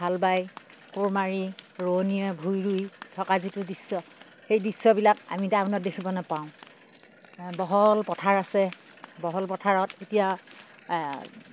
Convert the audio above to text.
হাল বাই কোৰ মাৰি ৰুৱনীয়ে ভুঁই ৰুই থকা যিটো দৃশ্য সেই দৃশ্যবিলাক আমি টাউনত দেখিব নাপাওঁ বহল পথাৰ আছে বহল পথাৰত এতিয়া